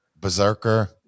Berserker